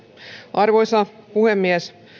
arvoisa puhemies